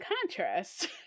contrast